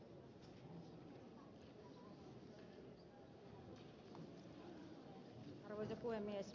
arvoisa puhemies